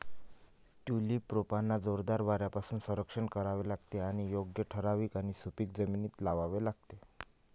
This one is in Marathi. ट्यूलिप रोपांना जोरदार वाऱ्यापासून संरक्षण करावे लागते आणि योग्य ठिकाणी आणि सुपीक जमिनीत लावावे लागते